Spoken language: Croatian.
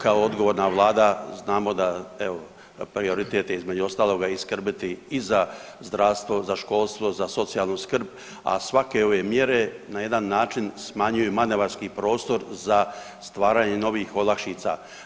Kao odgovorna Vlada znamo da evo prioritet je između ostaloga skrbiti i za zdravstvo, za školstvo, za socijalnu skrb, a svake ove mjere na jedan način smanjuju manevarski prostor za stvaranje novih olakšica.